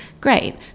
great